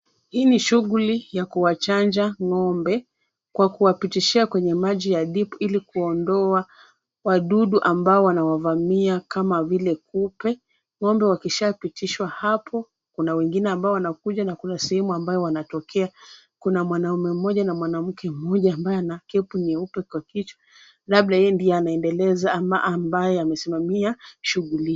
Hii ni shughuli ya kuwachanja ngo'mbe, kwa kuwapitishia kwenye maji ya dip ili kuondoa wadudu ambao wanawavamia kama vile kupe, ng'ombe wakishapitishwa hapo kuna wengine ambao wanakuja na kuna sehemu ambayo wanatokea. Kuna mwanaume mmoja na mwanamke mmoja ambaye ana cape nyeupe kwa kichwa labda yeye ndiye anaendeleza ama ambaye amesimamia shughuli.